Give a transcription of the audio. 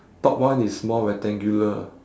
top one is more rectangular